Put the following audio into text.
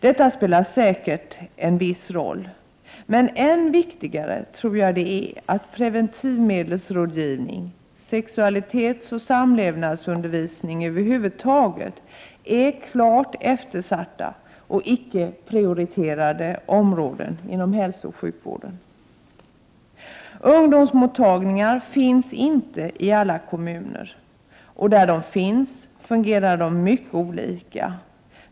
Detta spelar säkert en viss roll. Men än viktigare tror jag det är att preventivmedelsrådgivning och sexualitetsoch samlevnadsundervisning över huvud taget är klart eftersatta och icke prioriterade områden inom hälsooch sjukvården. Ungdomsmottagningar finns inte i alla kommuner, och där de finns fungerar de mycket olika.